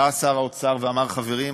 בא שר האוצר ואמר: חברים,